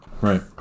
right